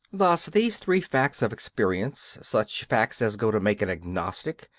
thus these three facts of experience, such facts as go to make an agnostic,